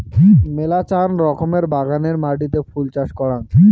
মেলাচান রকমের বাগানের মাটিতে ফুল চাষ করাং